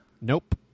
Nope